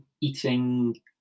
eating